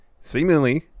seemingly